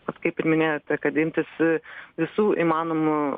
vat kaip ir minėjote kad imtis visų įmanomų